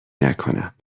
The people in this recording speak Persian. نکنم